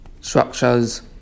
structures